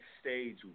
stage